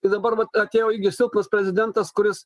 ir dabar vat atėjo irgi silpnas prezidentas kuris